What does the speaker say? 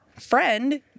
friend